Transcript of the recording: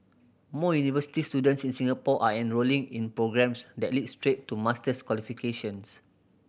more university students in Singapore are enrolling in programmes that lead straight to master's qualifications